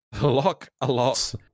Lock-A-Lot